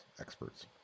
experts